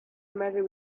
matter